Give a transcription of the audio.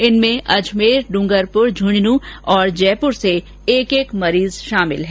इनमें अजमेर डूंगरपुर झुंझुनू और जयपुर से एक एक मरीज शामिल हैं